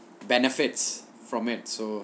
benefits from it so